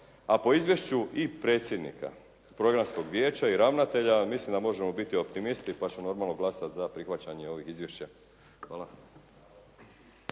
a po izvješću i predsjednika programskog vijeća i ravnatelja. Mislim da možemo biti optimisti, pa ćemo normalno glasati za prihvaćanje ovih izvješća. Hvala.